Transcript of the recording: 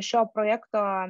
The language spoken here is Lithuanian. šio projekto